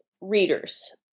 readers